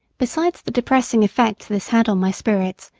besides the depressing effect this had on my spirits,